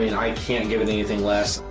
i can't give it anything less.